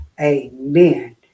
amen